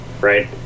right